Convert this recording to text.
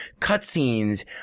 cutscenes